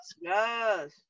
Yes